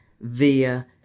via